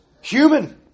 human